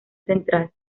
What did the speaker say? central